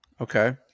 Okay